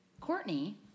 Courtney